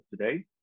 today